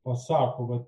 pasako vat